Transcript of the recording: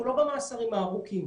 הוא לא במאסרים הארוכים.